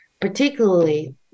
particularly